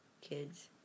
kids